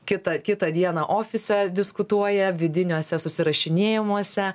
kitą kitą dieną ofise diskutuoja vidiniuose susirašinėjimuose